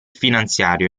finanziario